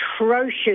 atrocious